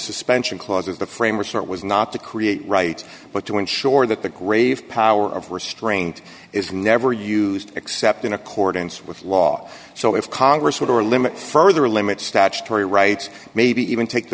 suspension clause of the framers that was not to create rights but to ensure that the grave power of restraint is never used except in accordance with law so if congress were to limit further limit statutory rights maybe even take the